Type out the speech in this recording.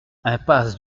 impasse